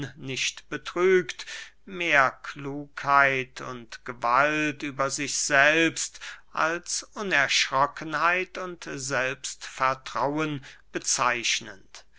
nicht betrügt mehr klugheit und gewalt über sich selbst als unerschrockenheit und selbstvertrauen bezeichnend